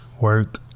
work